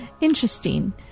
Interesting